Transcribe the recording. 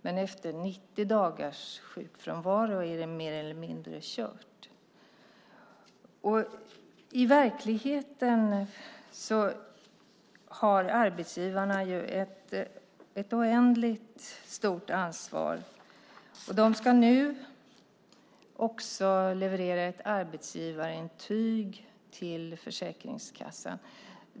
Men efter 90 dagars sjukfrånvaro är det mer eller mindre kört. I verkligheten har arbetsgivarna ett oändligt stort ansvar. De ska nu också leverera ett arbetsgivarintyg till Försäkringskassan.